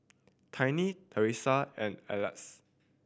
Tiny Theresa and Aleck